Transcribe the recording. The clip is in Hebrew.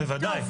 בוודאי.